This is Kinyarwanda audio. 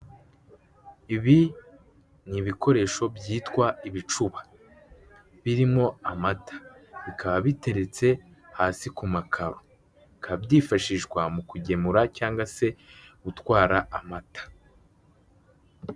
Ibi ni ibikoresho byitwa ibicuba birimo amata bikaba biteretse hasi ku makaro, bikaba byifashishwa mu kugemura cyangwa se gutwara amata.